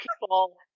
people